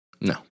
No